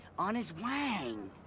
on his wang.